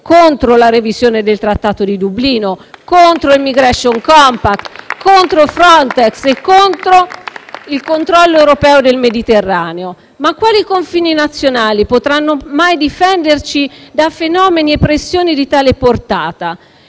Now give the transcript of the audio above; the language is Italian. contro la revisione del Trattato di Dublino, contro il Migration compact, contro Frontex e contro il controllo europeo del Mediterraneo. *(Applausi dal Gruppo PD)*. Ma quali confini nazionali potranno mai difenderci da fenomeni e pressioni di tale portata?